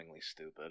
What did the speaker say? stupid